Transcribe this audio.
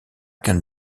can